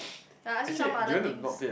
I ask you some other things